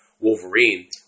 wolverine